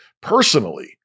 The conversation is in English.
personally